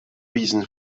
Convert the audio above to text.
reason